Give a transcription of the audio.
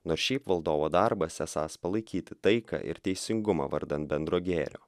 nors šiaip valdovo darbas esąs palaikyti taiką ir teisingumą vardan bendro gėrio